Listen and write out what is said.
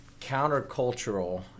countercultural